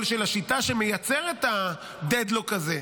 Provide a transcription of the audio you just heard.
של השיטה שמייצרת את ה-dead lock הזה,